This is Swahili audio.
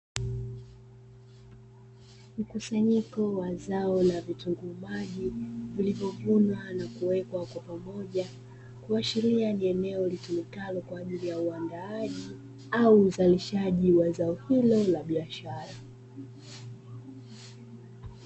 Mkusanyiko wa zao la vitunguu maji vilivyovunwa na kuwekwa kwa pamoja, kuashiria ni eneo lilitumikalo kwa ajili ya uwandaaji, au uzalishaji wa zao hilo la biashara.